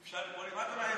אפשר פה למטה?